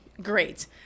great